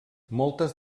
moltes